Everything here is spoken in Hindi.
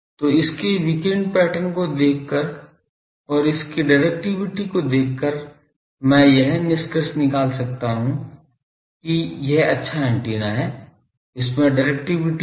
तो इसके विकिरण पैटर्न को देखकर और इसकी डिरेक्टिविटी को देखकर मैं यह निष्कर्ष निकाल सकता हूं कि यह अच्छा ऐन्टेना है इसमें डिरेक्टिविटी है